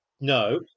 no